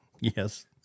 Yes